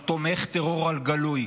הוא תומך טרור בגלוי,